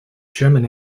german